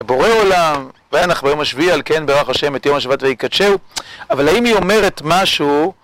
בורא עולם, ואנחנו ביום השביעי, על כן ברך ה' את יום השבת ויקדשהו אבל האם היא אומרת משהו